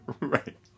Right